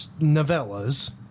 novellas